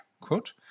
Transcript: quote